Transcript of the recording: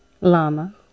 Lama